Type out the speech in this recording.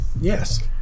Yes